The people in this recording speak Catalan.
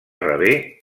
rebé